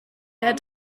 der